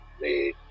made